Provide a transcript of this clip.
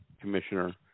commissioner